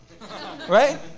Right